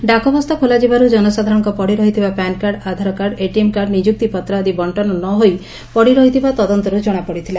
ଡାକବସ୍ତା ଖୋଲାଯିବାରୁ ଜନସାଧାରଣଙ୍କ ପଡିରହିଥିବା ପ୍ୟାନ୍କାର୍ଡ ଆଧାରକାର୍ଡ ଏଟିଏମ୍ କାର୍ଡ ନିଯୁକ୍ତି ପତ୍ର ଆଦି ବକ୍କନ ନହୋଇ ପଡ଼ି ରହିଥିବା ତଦନ୍ତରୁ ଜଣାପଡିଥିଲା